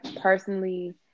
personally